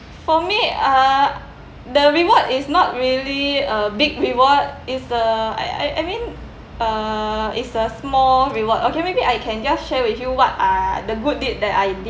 for me uh the reward is not really a big reward is the I I I mean uh it's a small reward okay maybe I can just share with you what are the good deed that I did